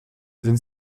sind